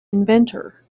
inventor